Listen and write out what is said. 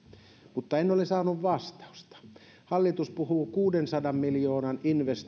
mutta en ole saanut vastausta hallitus puhuu kuudensadan miljoonan